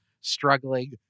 struggling